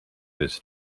this